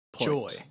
joy